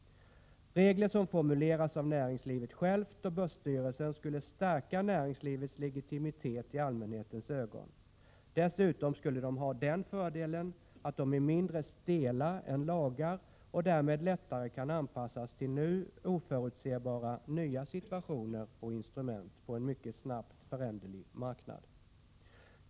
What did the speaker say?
Regler som formuleras av näringslivet självt och börsstyrelsen skulle stärka näringslivets legitimitet i allmänhetens ögon. Dessutom skulle de ha den fördelen att de är mindre stela än lagar och därmed lättare kan anpassas till nu oförutsebara nya situationer och instrument på en mycket snabbt föränderlig marknad.